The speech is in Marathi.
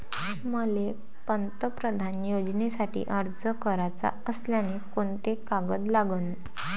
मले पंतप्रधान योजनेसाठी अर्ज कराचा असल्याने कोंते कागद लागन?